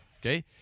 Okay